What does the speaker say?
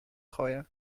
gooien